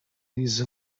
these